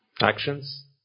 Actions